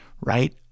Right